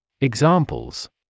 Examples